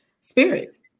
spirits